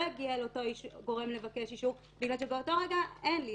אגיע לאותו גורם לבקש אישור בגלל שבאותו רגע אין לי,